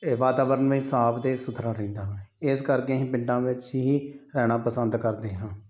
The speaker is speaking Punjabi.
ਵਾਤਾਵਰਨ ਵੀ ਸਾਫ਼ ਅਤੇ ਸੁਥਰਾ ਰਹਿੰਦਾ ਹੈ ਇਸ ਕਰਕੇ ਅਸੀਂ ਪਿੰਡਾਂ ਵਿੱਚ ਹੀ ਰਹਿਣਾ ਪਸੰਦ ਕਰਦੇ ਹਾਂ